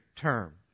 term